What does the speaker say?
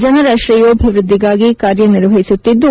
ಜನರ ಶ್ರೇಯೋಭಿವೃದ್ದಿಗಾಗಿ ಕಾರ್ಯ ನಿರ್ವಹಿಸುತ್ತಿದ್ದು